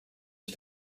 ich